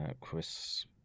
Chris